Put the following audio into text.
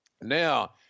Now